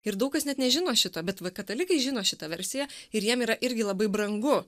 ir daug kas net nežino šito bet va katalikai žino šitą versiją ir jiem yra irgi labai brangu